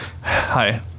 Hi